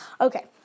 Okay